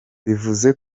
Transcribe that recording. bivuze